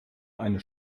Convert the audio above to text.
eine